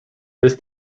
this